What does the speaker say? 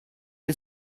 del